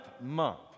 month